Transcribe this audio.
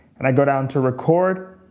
and i go down to record.